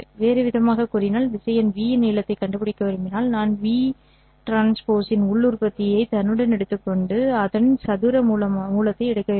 வேறுவிதமாகக் கூறினால் திசையன் v இன் நீளத்தைக் கண்டுபிடிக்க விரும்பினால் நான் v' இன் உள் உற்பத்தியை தன்னுடன் எடுத்துக்கொண்டு அதன் சதுர மூலத்தை எடுக்க வேண்டும்